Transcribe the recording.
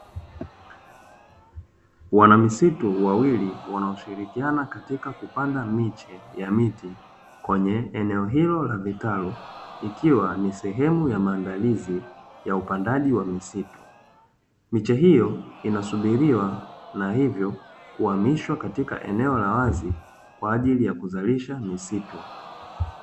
Wanamisitu wawili wanao shirikiana katika kupandwa miche ya miti kwenye eneo hilo la kitalu, ikiwa ni sehemu ya maandazi ya upandaji wa misitu. Miche hiyo inasuburiwa na hivyo kuhamishwa katika eneo la wazi kwa ajili ya kuzalisha misitu.